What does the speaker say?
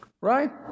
Right